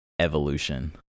evolution